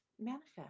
manifest